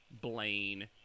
Blaine